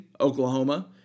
Oklahoma